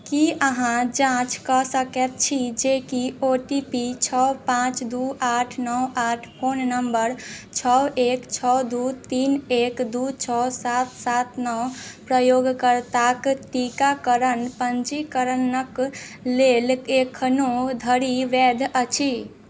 की अहाँ जाँच कऽ सकै छी जे कि ओ टी पी छओ पाँच दू आठ नओ आठ फोन नम्बर छओ एक छओ दू तीन एक दू छओ सात सात नओ प्रयोगकर्ताके टीकाकरण पञ्जीकरणके लेल एखनहु धरि वैध अछि